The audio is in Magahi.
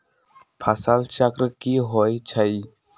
फसल चक्र की होइ छई?